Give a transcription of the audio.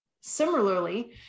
similarly